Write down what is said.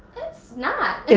it's not.